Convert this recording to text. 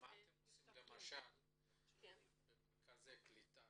מה אתם עושים למשל במרכזי קליטה?